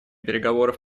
переговоров